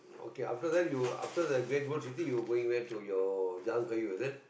okay after that you after the Great World City you going where to your Jalan-Kayu is it